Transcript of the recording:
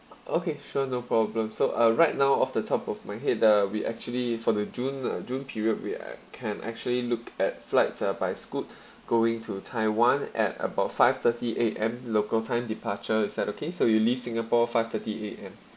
okay sure no problem so uh right now off the top of my head uh we actually for the june uh june period we uh can actually look at flights uh by scoot going to taiwan at about five thirty A_M local time departure it's that okay so you leave singapore five thirty A_M